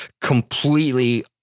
completely